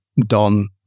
don